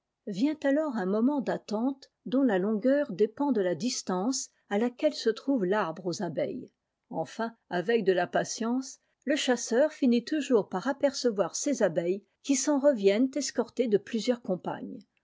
vient alors un moment d'attente dont la longueur dépend de la distance à laquelle se trouve tarbre aux abeilles enfin avec de la patience le chasseur finit toujours par apercevoir ses abeilles qui s'en reviennent escortées de plusieurs compagnes